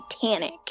Titanic